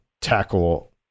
tackle